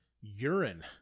urine